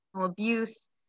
abuse